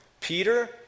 Peter